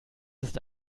ist